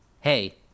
hey